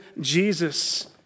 Jesus